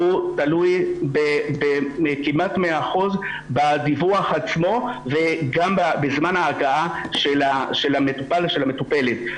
תלוי כמעט ב-100% בדיווח עצמו וגם בזמן ההגעה של המטופל או של המטופלת.